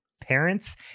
parents